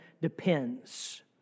depends